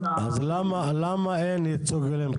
אז למה אין ייצוג הולם?